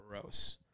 gross